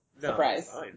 Surprise